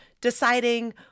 deciding